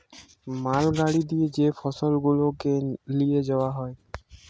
মাল গাড়ি দিয়ে যে ফসল গুলাকে লিয়ে যাওয়া হয়